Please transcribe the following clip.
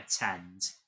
attend